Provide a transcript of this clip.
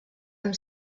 amb